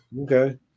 Okay